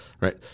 right